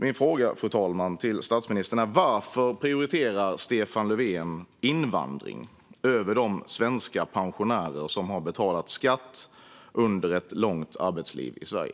Min fråga, fru talman, till statsministern är: Varför prioriterar Stefan Löfven invandring framför de svenska pensionärer som har betalat skatt under ett långt arbetsliv i Sverige?